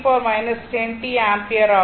8ஆம்பியர்